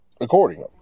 accordingly